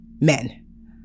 men